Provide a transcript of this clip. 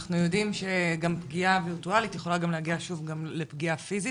אנחנו יודעים שגם פגיעה ווירטואלית יכולה גם להגיע שוב גם לפגיעה פיזית,